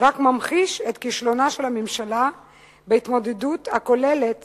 רק ממחיש את כישלונה של הממשלה בהתמודדות הכוללת